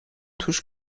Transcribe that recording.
توش